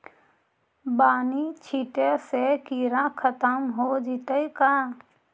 बानि छिटे से किड़ा खत्म हो जितै का?